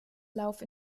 lauf